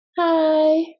Hi